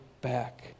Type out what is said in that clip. back